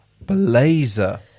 blazer